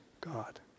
God